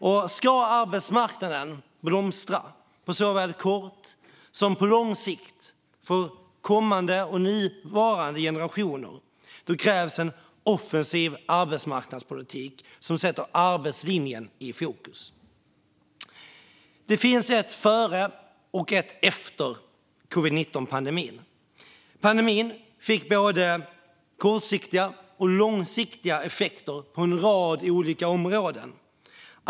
Och om arbetsmarknaden ska blomstra på såväl kort som lång sikt för både nuvarande och kommande generationer krävs en offensiv arbetsmarknadspolitik som sätter arbetslinjen i fokus. Det finns ett före och ett efter covid-19-pandemin. Pandemin fick både kortsiktiga och långsiktiga effekter på en rad olika områden.